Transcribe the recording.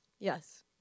Yes